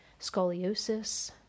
Scoliosis